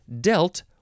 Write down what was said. dealt